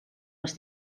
les